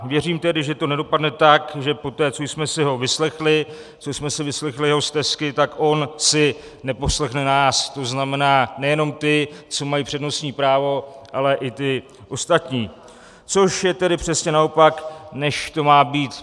Věřím tedy, že to nedopadne tak, že poté, co jsme si ho vyslechli, co jsme si vyslechli jeho stesky, tak on si neposlechne nás, to znamená nejenom ty, co přednostní právo, ale i ty ostatní, což je přesně naopak, než má být.